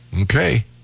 Okay